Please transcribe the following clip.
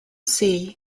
sea